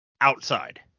outside